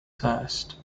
first